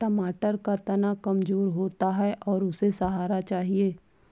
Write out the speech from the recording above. टमाटर का तना कमजोर होता है और उसे सहारा चाहिए